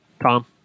Tom